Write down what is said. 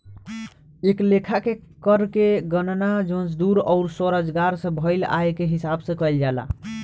ए लेखा के कर के गणना मजदूरी अउर स्वरोजगार से भईल आय के हिसाब से कईल जाला